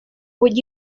would